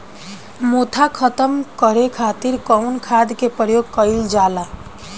मोथा खत्म करे खातीर कउन खाद के प्रयोग कइल जाला?